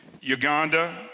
Uganda